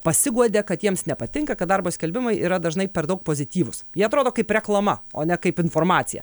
pasiguodė kad jiems nepatinka kad darbo skelbimai yra dažnai per daug pozityvūs jie atrodo kaip reklama o ne kaip informacija